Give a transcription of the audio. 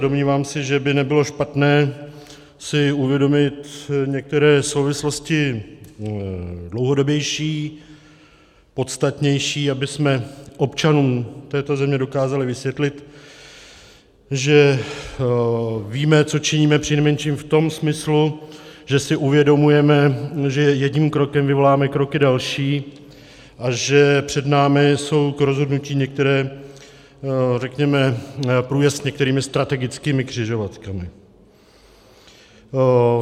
A domnívám se, že by nebylo špatné si uvědomit některé souvislosti dlouhodobější, podstatnější, abychom občanům této země dokázali vysvětlit, že víme, co činíme přinejmenším v tom smyslu, že si uvědomujeme, že jedním krokem vyvoláme kroky další a že před námi jsou k rozhodnutí některé, řekněme, průjezd některými strategickými křižovatkami.